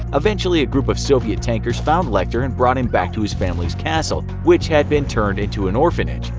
eventually a group of soviet tankers found lecter and brought him back to his family's castle which had been turned into an orphanage,